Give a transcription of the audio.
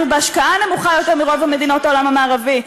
וההשקעה נמוכה יותר מברוב המדינות העולם המערבי.